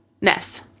Ness